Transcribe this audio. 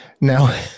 Now